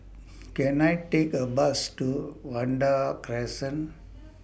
Can I Take A Bus to Vanda Crescent